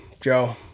Joe